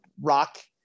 rock